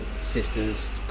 sisters